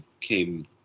came